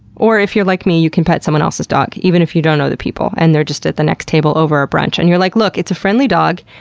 or if you're like me you can pet someone else's dog, even if you don't know the people, and they're just at the next table over at brunch, and you're like, look, it's a friendly dog,